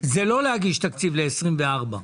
זה לא להגיש תקציב ב-24',